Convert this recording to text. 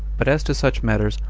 but as to such matters,